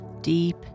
deep